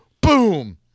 Boom